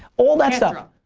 all that stuff.